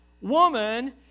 woman